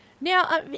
now